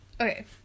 Okay